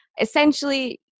essentially